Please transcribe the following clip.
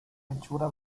anchura